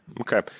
Okay